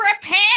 prepare